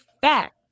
fact